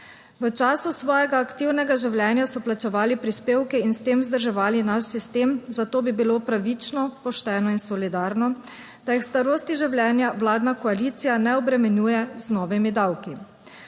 V času svojega aktivnega življenja so plačevali prispevke in s tem vzdrževali naš sistem, zato bi bilo pravično, pošteno in solidarno, da jih v starosti življenja vladna koalicija ne obremenjuje z novimi davki.